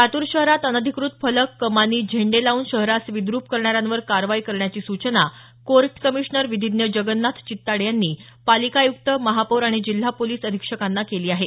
लातूर शहरात अनधिकृत फलक कमानी झेंडे लाऊन शहरास विद्रप करणाऱ्यांवर कारवाई करण्याची सूचना कोर्ट कमिशनर विधिज्ञ जगन्नाथ चित्ताडे यांनी पालिका आयुक्त महापौर आणि जिल्हा पोलीस अधीक्षकांना केली आहे